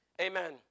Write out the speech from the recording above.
Amen